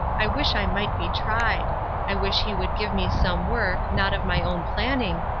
i wish i might be tried i wish he would give me some work, not of my own planning,